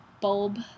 bulb